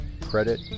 credit